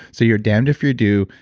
so you're damned if you do,